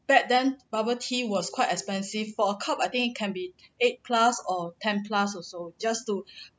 back then bubble tea was quite expensive for a cup I think it can be eight plus or ten plus also just to